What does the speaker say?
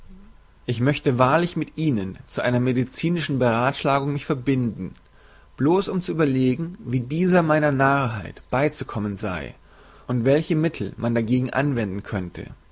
ich möchte wahrlich mit ihnen zu einer medizinischen berathschlagung mich verbinden bloß um zu überlegen wie dieser meiner narrheit beizukommen sei und welche mittel man dagegen anwenden könnte